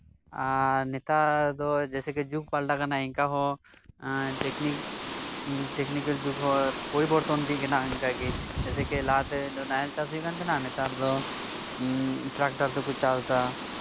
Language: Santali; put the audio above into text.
ᱟᱨ ᱱᱮᱛᱟᱨ ᱫᱚ ᱡᱮᱭᱥᱮ ᱠᱤ ᱡᱩᱜᱽ ᱯᱟᱞᱴᱟᱜ ᱠᱟᱱᱟ ᱤᱱᱠᱟᱦᱚᱸ ᱴᱮᱠᱱᱤᱠᱮᱞ ᱡᱩᱜᱽ ᱦᱚᱸ ᱯᱚᱨᱤᱵᱚᱨᱛᱚᱱ ᱤᱫᱤᱭᱮᱱᱟ ᱚᱱᱠᱟ ᱜᱮ ᱡᱮᱭᱥᱮ ᱠᱤ ᱞᱟᱦᱟᱛᱮ ᱱᱟᱦᱮᱞ ᱪᱟᱥ ᱦᱩᱭᱩᱜ ᱠᱟᱱ ᱛᱟᱦᱮᱸᱱᱟ ᱮᱸᱜ ᱱᱮᱛᱟᱨ ᱫᱚ ᱴᱨᱟᱠᱴᱟᱨ ᱛᱮᱠᱚ ᱪᱟᱥᱮᱫᱟ ᱡᱮᱭᱥᱮ ᱚᱱᱟ ᱜᱮ ᱪᱟᱥᱤ ᱫᱚ